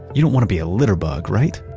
you don't want to be a litterbug, right?